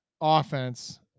offense